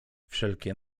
wszelkie